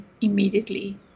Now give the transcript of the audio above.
immediately